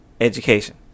education